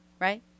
right